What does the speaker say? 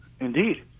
Indeed